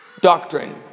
doctrine